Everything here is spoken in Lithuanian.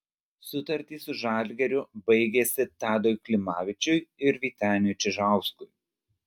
sutartys su žalgiriu baigėsi tadui klimavičiui ir vyteniui čižauskui